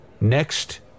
Next